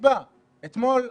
אתמול הממשלה,